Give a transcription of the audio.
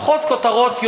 פחות כותרות,